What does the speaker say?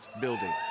building